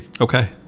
Okay